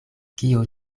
kio